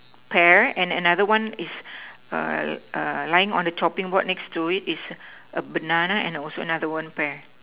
pear and another one is err err lying on the chopping board next to it is a banana and also another one pear